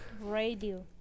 Radio